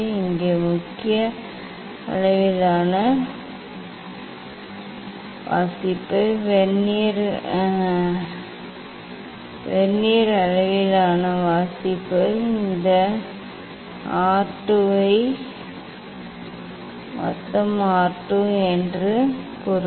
இங்கே முக்கிய அளவிலான வாசிப்பு வெர்னியர் அளவிலான வாசிப்பு இந்த 2 ஐ மொத்தம் 2 என்று பொருள்